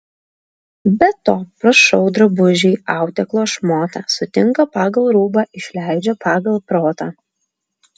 be to prašau drabužiui audeklo šmotą sutinka pagal rūbą išleidžia pagal protą